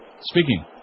Speaking